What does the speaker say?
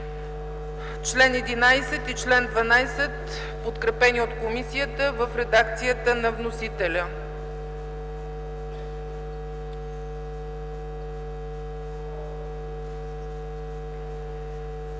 чл. 11 и чл. 12, подкрепени от комисията в редакцията на вносителя.